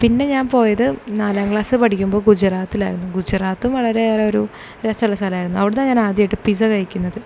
പിന്നെ ഞാൻ പോയത് നാലാം ക്ലാസിൽ പഠിക്കുമ്പോൾ ഗുജറാത്തിൽ ആയിരുന്നു ഗുജറാത്തും വളരെയേറെ ഒരു രസം ഉള്ള സ്ഥലമായിരുന്നു അവിടുന്നാണ് ഞാൻ ആദ്യമായിട്ട് പിസ്സ കഴിക്കുന്നത്